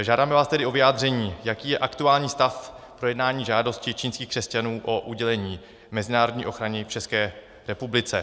Žádáme vás tedy o vyjádření, jaký je aktuální stav projednávání žádosti čínských křesťanů o udělení mezinárodní ochrany v České republice.